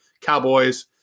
Cowboys